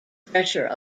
pressure